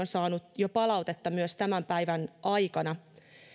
saanut jo palautetta myös tämän päivän aikana